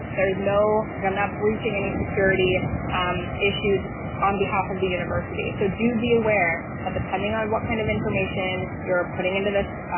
there's no, i'm not breaching any security issues on behalf of the university. so do be aware that depending on what kind of information you're putting into this